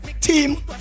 Team